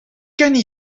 ken